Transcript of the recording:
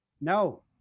No